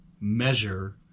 measure